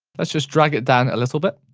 let's just drag it down a little bit.